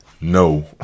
No